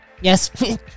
yes